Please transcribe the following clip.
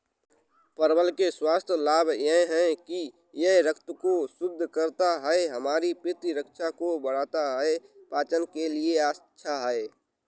परवल के स्वास्थ्य लाभ यह हैं कि यह रक्त को शुद्ध करता है, हमारी प्रतिरक्षा को बढ़ाता है, पाचन के लिए अच्छा है